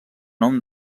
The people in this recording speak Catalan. nom